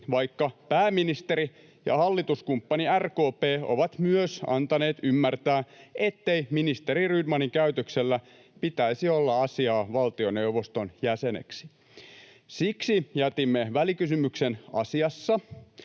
vaikka pääministeri ja hallituskumppani RKP ovat myös antaneet ymmärtää, ettei ministeri Rydmanin käytöksellä pitäisi olla asiaa valtioneuvoston jäseneksi. Siksi jätimme välikysymyksen asiassa,